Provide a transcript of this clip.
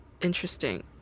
interesting